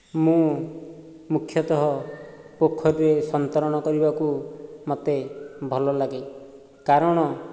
ମୁଁ ମୁଖ୍ୟତଃ ପୋଖରୀରେ ସନ୍ତରଣ କରିବାକୁ ମୋତେ ଭଲଲାଗେ କାରଣ